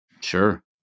Sure